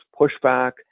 pushback